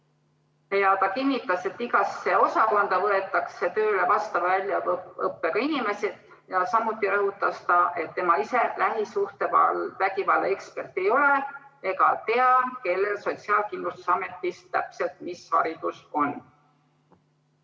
Ta kinnitas, et igasse osakonda võetakse tööle vastava väljaõppega inimesed. Samuti rõhutas ta, et tema ise lähisuhtevägivalla ekspert ei ole ega tea, kellel Sotsiaalkindlustusametis täpselt mis haridus on.